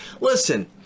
Listen